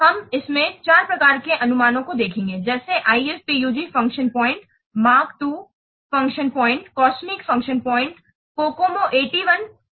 हम इसमें 4 प्रकार के अनुमानों को देखेंगे जैसे IFPUG function point Mark II function point COSMIC function point और COCOMO 81 और COOO II